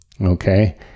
okay